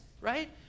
right